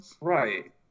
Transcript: right